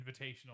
Invitational